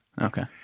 Okay